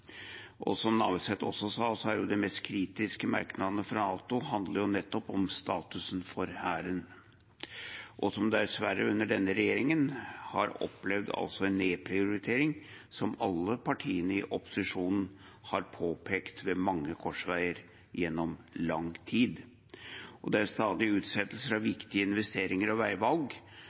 Som Navarsete også sa, handler de mest kritiske merknadene fra NATO nettopp om statusen for Hæren, som dessverre under denne regjeringen har opplevd en nedprioritering som alle partiene i opposisjonen har påpekt ved mange korsveier gjennom lang tid. Det er stadige utsettelser av viktige investeringer og veivalg,